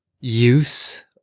use